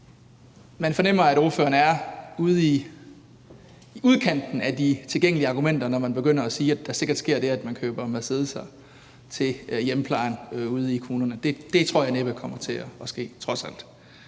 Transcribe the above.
Man fornemmer, at ordføreren er ude i udkanten af de tilgængelige argumenter, når man begynder at sige, at der sikkert sker det, at man køber Mercedeser til hjemmeplejen ude i kommunerne. Det tror jeg trods alt næppe kommer til at ske.